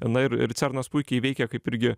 na ir ir cernas puikiai veikia kaip irgi